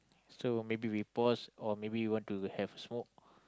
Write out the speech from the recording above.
so maybe we pause or maybe we want to have smoke